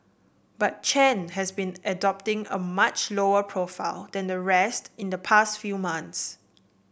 but Chen has been adopting a much lower profile than the rest in the past few months